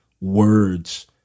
words